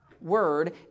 Word